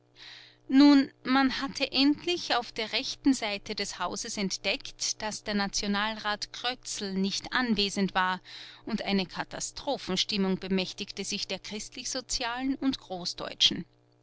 nun man hatte endlich auf der rechten seite des hauses entdeckt daß der nationalrat krötzl nicht anwesend war und eine katastrophenstimmung bemächtigte sich der christlichsozialen und großdeutschen